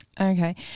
Okay